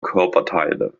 körperteile